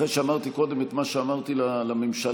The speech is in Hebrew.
אחרי שאמרתי קודם את מה שאמרתי לממשלה,